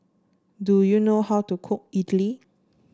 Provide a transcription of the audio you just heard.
do you know how to cook idly